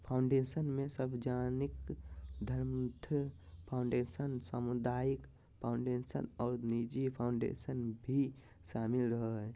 foundation मे सार्वजनिक धर्मार्थ फ़ाउंडेशन, सामुदायिक फ़ाउंडेशन आर निजी फ़ाउंडेशन भी शामिल रहो हय,